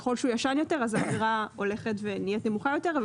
ככל שהוא ישן יותר האגרה הולכת ונהית נמוכה יותר.